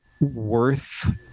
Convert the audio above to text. worth